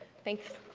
thanks.